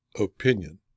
opinion